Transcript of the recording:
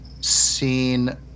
seen